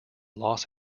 los